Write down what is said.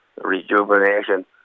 rejuvenation